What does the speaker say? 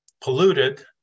polluted